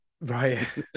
right